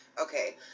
Okay